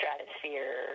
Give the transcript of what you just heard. stratosphere